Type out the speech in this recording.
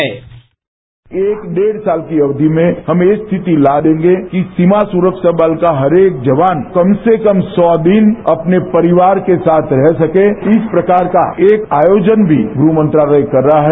sound bite ये एक डेढ़ साल की अवधि में हम ये स्थिति लाने में हैं कि सीमा सुरक्षा बल का हर एक जवान कम से कम सौ दिन अपने परिवार के साथ रह सके इस प्रकार का एक आयोजन भी गृह मंत्रालय कर रहा है